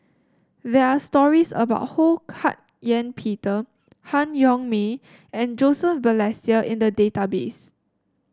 there are stories about Ho Hak Ean Peter Han Yong May and Joseph Balestier in the database